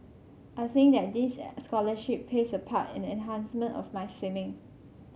and I think that this scholarship plays a part in the enhancement of my swimming